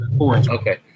Okay